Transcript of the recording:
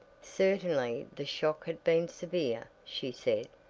certainly the shock had been severe, she said,